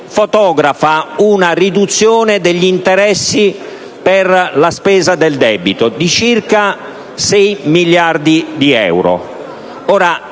fotografa una riduzione degli interessi per il servizio del debito pari a circa 6 miliardi di euro.